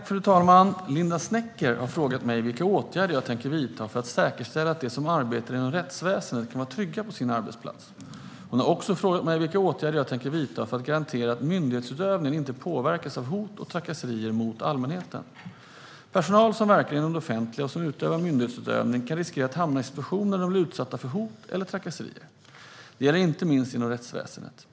Fru talman! Linda Snecker har frågat mig vilka åtgärder jag tänker vidta för att säkerställa att de som arbetar inom rättsväsendet kan vara trygga på sin arbetsplats. Hon har också frågat mig vilka åtgärder jag tänker vidta för att garantera att myndighetsutövningen inte påverkas av hot och trakasserier mot allmänheten. Personal som verkar inom det offentliga och som bedriver myndighetsutövning kan riskera att hamna i situationer där de blir utsatta för hot eller trakasserier. Det gäller inte minst inom rättsväsendet.